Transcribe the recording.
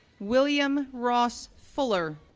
william ross fuller,